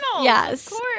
yes